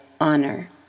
honor